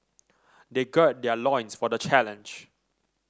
they gird their loins for the challenge